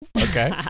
Okay